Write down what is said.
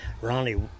Ronnie